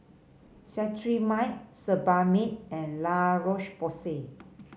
Cetrimide Sebamed and La Roche Porsay